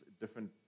different